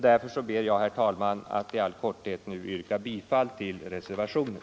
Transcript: Därför, herr talman, yrkar jag bifall till reservationen.